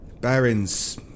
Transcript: Baron's